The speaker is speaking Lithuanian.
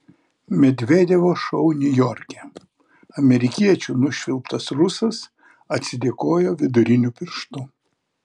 medvedevo šou niujorke amerikiečių nušvilptas rusas atsidėkojo viduriniu pirštu